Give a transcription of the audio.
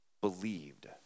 believed